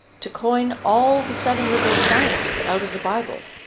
to coin all the seven liberal sciences out of the bible,